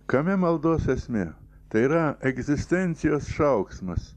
kame maldos esmė tai yra egzistencijos šauksmas